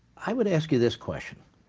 i would ask you this question,